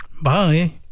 bye